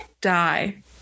die